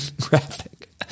graphic